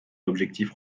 l’objectif